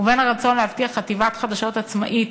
ואת הרצון להבטיח חטיבת חדשות עצמאית,